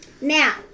Now